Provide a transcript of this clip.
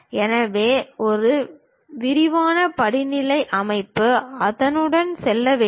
எனவே ஒரு விரிவான படிநிலை அமைப்பு அதனுடன் செல்ல வேண்டும்